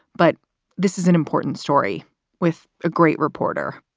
but this is an important story with a great reporter.